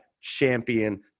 champion